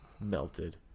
melted